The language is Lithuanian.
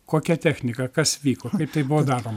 kokia technika kas vyko kaip tai buvo daroma